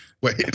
Wait